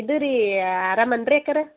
ಇದು ರೀ ಆರಾಮ್ ಏನ್ರಿ ಅಕ್ಕಾರ